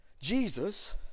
Jesus